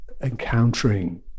encountering